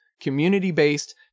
community-based